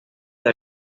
del